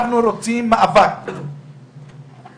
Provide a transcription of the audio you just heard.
אנחנו רוצים מאבק חריף